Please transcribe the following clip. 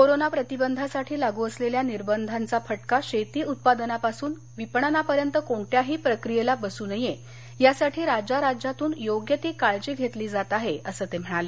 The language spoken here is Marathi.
कोरोना प्रतिबंधासाठी लागू असलेल्या निर्बंधाचा फटका शेती उत्पादनापासून विपणनापर्यंत कोणत्याही प्रक्रियेला बसू नये यासाठी राज्या राज्यांतून योग्य ती काळजी घेतली जात आहे असं ते म्हणाले